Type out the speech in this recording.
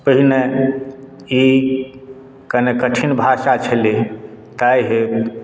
पहिने ई कनि कठिन भाषा छलै ताहि हेतु